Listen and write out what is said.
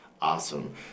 awesome